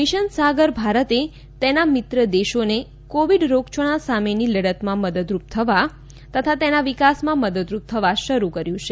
mission Sagar ભારતે તેના મિત્ર દેશોને કોવિડ રોગયાળા સામેની લડતમાં મદદરૂપ થવા તથા તેમના વિકાસમાં મદદરૂપ થવા શરૂ કર્યું છે